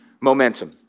momentum